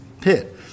pit